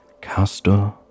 Castor